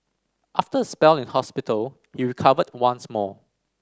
after a spell in hospital he recovered once more